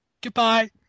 Goodbye